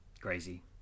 crazy